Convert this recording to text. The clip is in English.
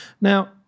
Now